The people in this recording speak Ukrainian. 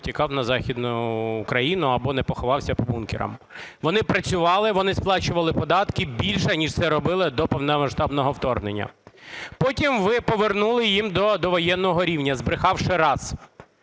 Вони працювали, вони сплачували податки більше ніж це робили до повномасштабного вторгнення. Потім ви повернули їм до довоєнного рівня, збрехавши раз.